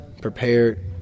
prepared